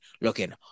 looking